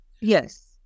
Yes